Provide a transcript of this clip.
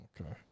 okay